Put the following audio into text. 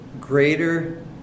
greater